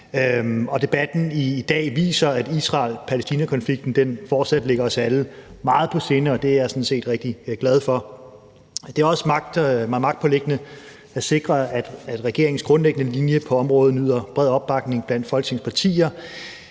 debatten i dag viser, at Israel-Palæstina-konflikten fortsat ligger os alle meget på sinde, og det er jeg sådan set rigtig glad for. Det er mig også magtpåliggende at sikre, at regeringens grundlæggende linje på området nyder bred opbakning blandt Folketingets partier.